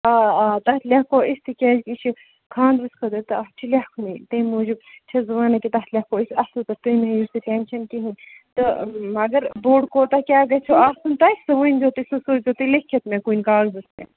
آ آ تَتھ لیکھو أسۍ تِکیٛازِ کہِ یہِ چھِ خانٛدرَس خٲطرٕ تہٕ اَتھ چھِ لیکھنُے تَمۍ موٗجوٗب چھَس بہٕ ونان کہِ تَتھ لیکھو أسۍ اَصٕل پٲٹھۍ تُہۍ مہٕ ہیٚیِو سُہ ٹٮ۪نشَن کِہیٖنۍ تہٕ مگر بوٚڑ کوتاہ کیٛاہ گژھیو آسُن تۄہہِ سُہ ؤنۍزیو تُہۍ سُہ سوٗزیو تُہۍ لیٚکھِتھ مےٚ کُنہِ کاغذس پٮ۪ٹھ